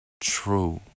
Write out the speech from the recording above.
true